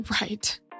Right